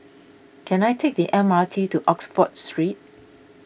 can I take the M R T to Oxford Street